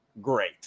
great